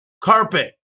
carpet